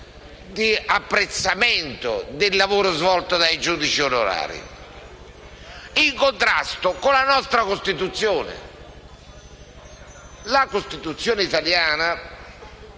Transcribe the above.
di apprezzamento del lavoro svolto dai giudici onorari, e ciò in contrasto con la nostra Costituzione. La Costituzione italiana,